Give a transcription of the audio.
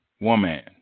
woman